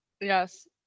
yes